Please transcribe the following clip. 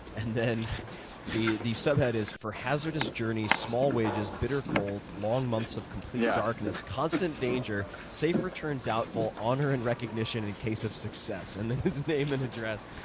and the the subhead is for hazardous journey, small wages, bitter cold, long months of complete darkness, constant danger, safe return doubtful, honor and recognition in case of success. and then his name and address.